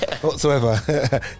whatsoever